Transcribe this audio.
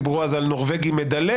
דיברו אז על "נורבגי מדלג",